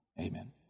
Amen